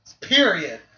Period